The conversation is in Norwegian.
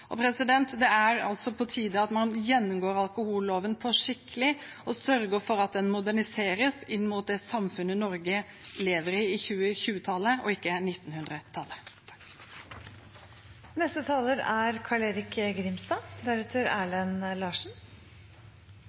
Det er på tide at man gjennomgår alkoholloven skikkelig og sørger for at den moderniseres med tanke på det samfunnet Norge lever i, altså 2020-tallet og ikke